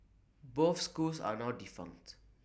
both schools are now defunct